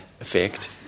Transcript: effect